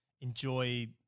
enjoy